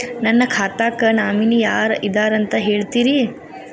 ನನ್ನ ಖಾತಾಕ್ಕ ನಾಮಿನಿ ಯಾರ ಇದಾರಂತ ಹೇಳತಿರಿ?